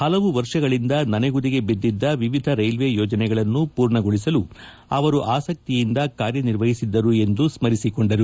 ಹಲವು ವರ್ಷಗಳಿಂದ ನನೆಗುದಿಗೆ ಬಿದ್ದಿದ್ದ ವಿವಿಧ ರೈಲ್ವೆ ಯೋಜನೆಗಳನ್ನು ಪೂರ್ಣಗೊಳಿಸಲು ಅವರು ಆಸಕ್ತಿಯಿಂದ ಕಾರ್ಯ ನಿರ್ವಹಿಸಿದ್ದರು ಎಂದು ಸ್ಮರಿಸಿಕೊಂಡರು